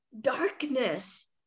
darkness